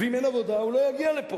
ואם אין עבודה הוא לא יגיע לפה.